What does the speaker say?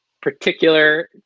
particular